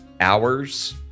hours